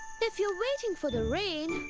if you're waiting for the rain,